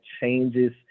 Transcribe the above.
changes